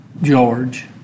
George